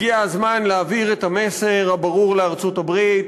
הגיע הזמן להעביר את המסר הברור לארצות-הברית: